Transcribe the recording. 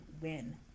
win